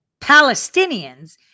Palestinians